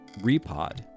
Repod